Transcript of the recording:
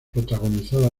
protagonizada